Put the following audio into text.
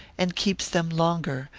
and keeps them longer,